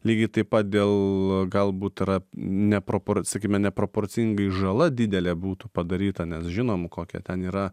lygiai taip pat dėl galbūt yra nepropor sakime neproporcingai žala didelė būtų padaryta nes žinom kokie ten yra